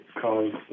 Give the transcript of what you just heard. cause